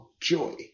joy